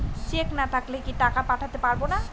Check না থাকলে কি টাকা পাঠাতে পারবো না?